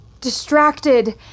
Distracted